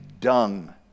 dung